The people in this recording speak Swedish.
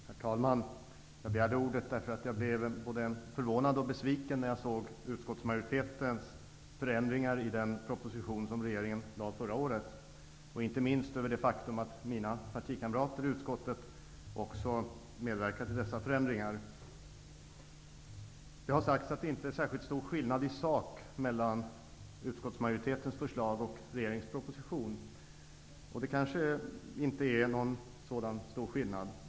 Herr talman! Jag begärde ordet eftersom jag blev både förvånad och besviken när jag såg utskottsmajoritetens förslag till förändringar i den proposition som regeringen lade fram förra året. Inte minst blev jag det över att även mina partikamrater i utskottet medverkar till dessa förändringar. Det har sagts att det inte är särskilt stor skillnad i sak mellan utskottsmajoritetens förslag och regeringens proposition. Det kanske inte är någon stor skillnad.